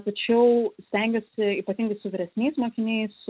tačiau stengiuosi ypatingai su vyresniais mokiniais